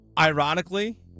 Ironically